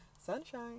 Sunshine